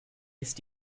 ist